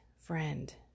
friend